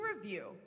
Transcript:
review